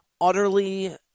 utterly